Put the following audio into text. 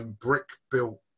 brick-built